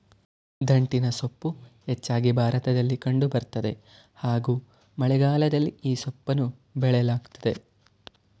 ದಂಟಿನಸೊಪ್ಪು ಹೆಚ್ಚಾಗಿ ಭಾರತದಲ್ಲಿ ಕಂಡು ಬರ್ತದೆ ಹಾಗೂ ಮಳೆಗಾಲದಲ್ಲಿ ಈ ಸೊಪ್ಪನ್ನ ಬೆಳೆಯಲಾಗ್ತದೆ